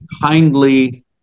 Kindly